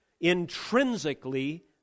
intrinsically